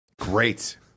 great